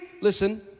listen